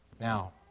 Now